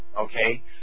okay